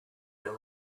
your